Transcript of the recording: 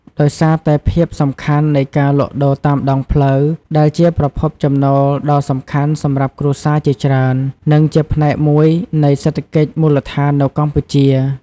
ដោយសារតែភាពសំខាន់នៃការលក់ដូរតាមដងផ្លូវ ដែលជាប្រភពចំណូលដ៏សំខាន់សម្រាប់គ្រួសារជាច្រើន និងជាផ្នែកមួយនៃសេដ្ឋកិច្ចមូលដ្ឋាននៅកម្ពុជា។